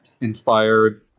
inspired